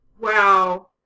Wow